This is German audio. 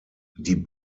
die